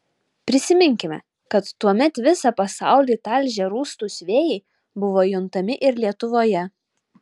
prisiminkime kad tuomet visą pasaulį talžę rūstūs vėjai buvo juntami ir lietuvoje